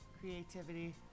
creativity